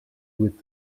with